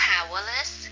Powerless